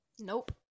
Nope